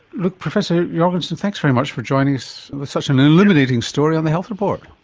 like professor jorgenson, thanks very much for joining us with such an illuminating story on the health report.